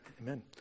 Amen